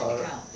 correct